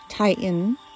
Tighten